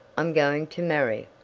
i'm going to marry.